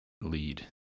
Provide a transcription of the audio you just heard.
lead